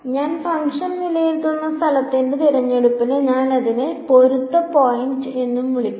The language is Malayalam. ഞാൻ ഫംഗ്ഷൻ വിലയിരുത്തുന്ന സ്ഥലത്തിന്റെ തിരഞ്ഞെടുപ്പിനെ ഞാൻ അതിനെ പൊരുത്ത പോയിന്റ് എന്നും വിളിക്കുന്നു